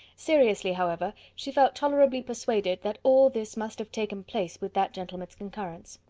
seriously, however, she felt tolerably persuaded that all this must have taken place with that gentleman's concurrence.